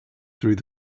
through